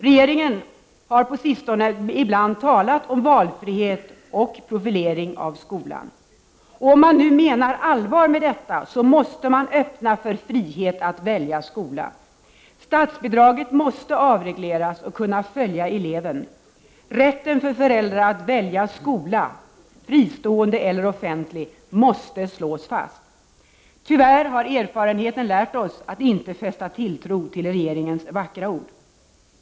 Regeringen har på sistone ibland talat om valfrihet och profilering av skolan. Om man nu menar allvar med detta så måste man öppna för frihet att välja skola. Statsbidraget måste avregleras och kunna följa eleven. Rätten för föräldrar att välja skola, fristående eller offentlig måste slås fast. Tyvärr har erfarenheten lärt oss att inte fästa tilltro till regeringens vackra ord.